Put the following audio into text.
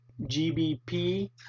gbp